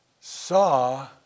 saw